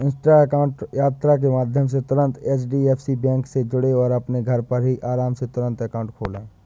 Insta account यात्रा के माध्यम से तुरंत एच.डी.एफ.सी बैंक से जुड़ें और अपने घर पर ही आराम से तुरंत अकाउंट खोले